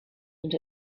and